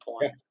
point